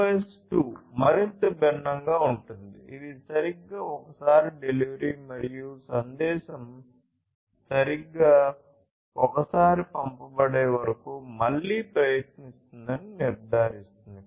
QoS 2 మరింత భిన్నంగా ఉంటుంది ఇది సరిగ్గా ఒకసారి డెలివరీ మరియు సందేశం సరిగ్గా ఒకసారి పంపబడే వరకు మళ్లీ ప్రయత్నిస్తుందని నిర్ధారిస్తుంది